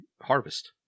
harvest